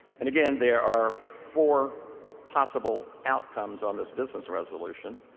and again, there are four possible outcomes on this business resolution.